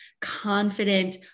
confident